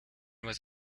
was